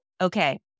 okay